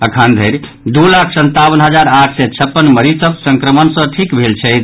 अखन धरि दू लाख संतावन हजार आठ सय छप्पन मरीज सभ संक्रमण सँ ठीक भेल छथि